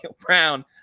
Brown